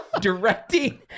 directing